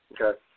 Okay